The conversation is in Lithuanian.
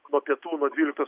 nuo pietų nuo dvyliktos